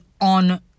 on